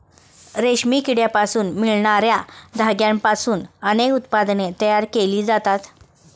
रेशमी किड्यांपासून मिळणार्या धाग्यांपासून अनेक उत्पादने तयार केली जातात